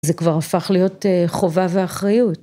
זה כבר הפך להיות חובה ואחריות.